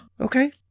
okay